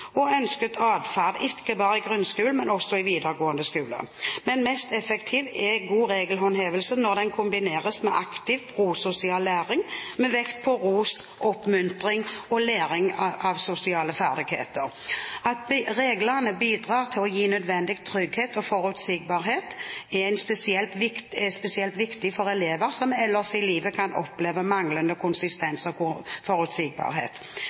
og ønsket atferd ikke bare i grunnskolen, men også i den videregående skolen. Men mest effektiv er god regelhåndhevelse når den kombineres med aktiv prososial læring med vekt på ros, oppmuntring og læring av sosiale ferdigheter. At reglene bidrar til å gi nødvendig trygghet og forutsigbarhet, er spesielt viktig for elever som ellers i livet kan oppleve manglende konsistens og forutsigbarhet.